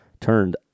turned